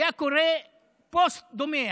פוסט דומה,